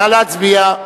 נא להצביע.